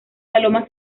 palomas